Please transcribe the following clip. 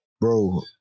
bro